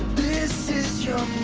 this is your